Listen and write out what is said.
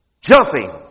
jumping